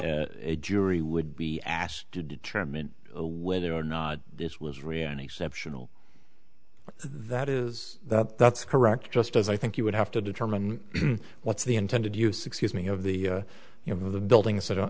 a jury would be asked to determine whether or not this was rianna exceptional that is that that's correct just as i think you would have to determine what's the intended use excuse me of the you know the buildings that are